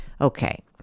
Okay